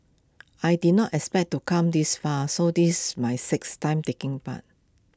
I did not expect to come this far so this my sixth time taking part